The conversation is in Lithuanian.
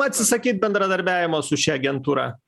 atsisakyt bendradarbiavimo su šia agentūra